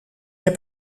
heb